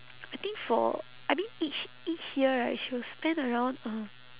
I think for I mean each each year right she will spend around uh